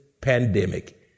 pandemic